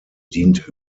dient